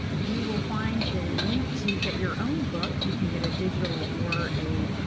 you will find the link to get your own book. you can get a digital or a